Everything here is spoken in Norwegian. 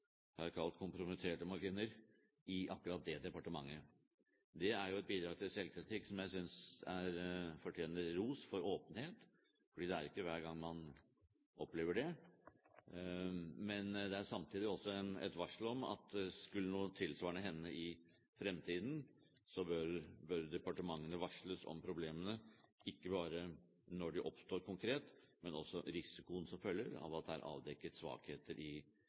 kalt kompromitterte maskiner, i akkurat det departementet. Det er jo et bidrag til selvkritikk som jeg synes fortjener ros for åpenhet, for det er ikke hver dag man opplever det. Men det er samtidig også et varsel om at skulle noe tilsvarende hende i fremtiden, bør departementene varsles om problemene, ikke bare når de oppstår konkret, men også om risikoen som følger av at det er avdekket svakheter i